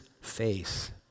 face